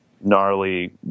gnarly